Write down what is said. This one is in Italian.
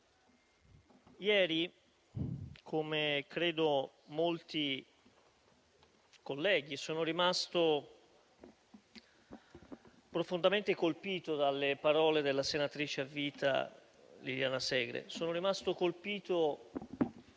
ieri - come credo molti colleghi - sono rimasto profondamente colpito dalle parole della senatrice a vita Liliana Segre.